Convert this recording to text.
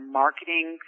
marketing